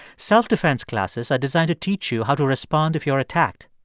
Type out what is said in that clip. self-defense classes are designed to teach you how to respond if you're attacked.